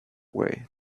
way